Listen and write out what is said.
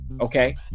Okay